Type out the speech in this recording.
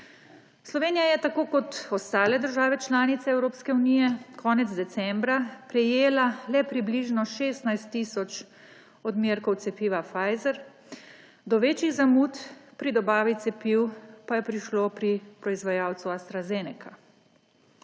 Slovenija je tako kot ostale države članice Evropske unije konec decembra prejela le približno 16 tisoč odmerkov cepiva Pfizer, do večjih zamud pri dobavi cepiv pa je prišlo pri proizvajalcu AstraZeneca.